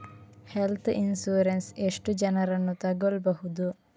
Health insurance ಎಷ್ಟು ಜನರನ್ನು ತಗೊಳ್ಬಹುದು?